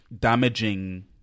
damaging